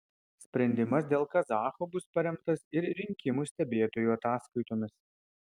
sprendimas dėl kazachų bus paremtas ir rinkimų stebėtojų ataskaitomis